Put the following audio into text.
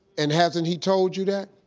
and hasn't he told you that?